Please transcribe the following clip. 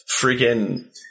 freaking